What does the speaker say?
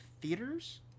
theaters